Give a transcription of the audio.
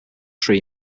tree